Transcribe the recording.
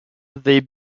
they